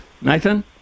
Nathan